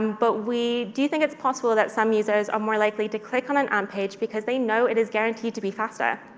um but we do think it's possible that some users are more likely to click on an amp um page because they know it is guaranteed to be faster.